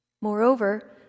Moreover